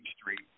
Street